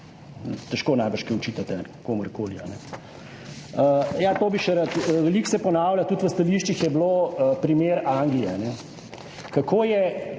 težko najbrž kaj očitate komurkoli. Ja, to bi še rad, veliko se ponavlja, tudi v stališčih je bilo primer Anglije, kako je